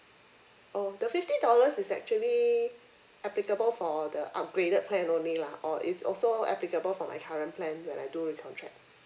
oh the fifty dollars is actually applicable for the upgraded plan only lah or is also applicable for my current plan when I do recontract